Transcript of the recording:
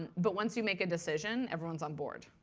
and but once you make a decision, everyone is on board.